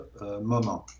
moment